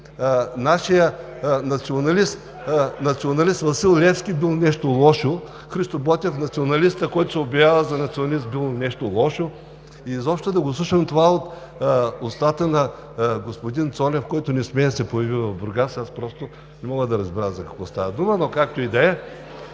Нашият националист Васил Левски бил нещо лошо, Христо Ботев – националистът, който се обявява за националист, било нещо лошо. Изобщо, да слушам това от устата на господин Цонев, който не смее да се появи в Бургас, аз просто не мога да разбера за какво става дума, но както и да е.